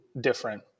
different